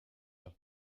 leur